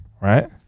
Right